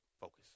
focus